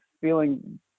feeling